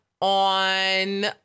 on